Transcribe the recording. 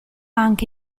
anche